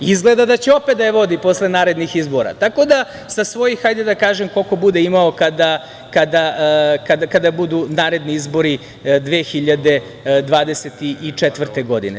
Izgleda da će opet da je vodi posle narednih izbora, sa svojih, ajde da kažem koliko bude imao kada budu naredni izbori 2024. godine.